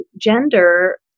gender